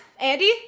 Andy